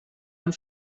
amb